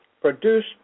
produced